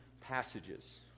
passages